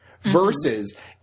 Versus